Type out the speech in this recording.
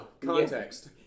Context